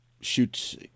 shoots